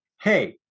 hey